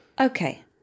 Okay